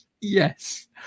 yes